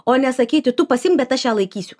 o ne sakyti tu pasiimk bet aš ją laikysiu